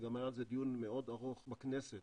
וגם היה על זה דיון מאוד ארוך בכנסת